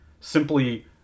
simply